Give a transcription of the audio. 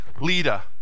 leader